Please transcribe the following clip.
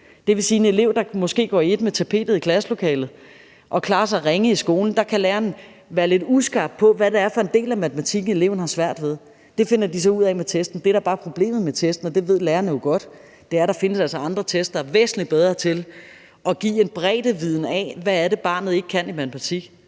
det drejer sig om en elev, der måske går i et med tapetet i klasselokalet og klarer sig ringe i skolen, så kan læreren være lidt uskarp, med hensyn til hvad det er for en del af matematikken, eleven har svært ved, og det finder de så ud af med testen. Det, der bare er problemet med testen – og det ved lærerne jo godt – er, at der altså findes andre test, der er væsentlig bedre til at give en breddeviden om, hvad det er, barnet ikke kan i matematik.